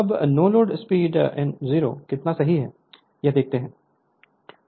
अब no load speed n 0 कितना सही है यह देखते हैं